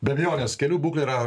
be abejonės kelių būklė yra